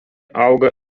auga